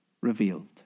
revealed